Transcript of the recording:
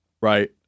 right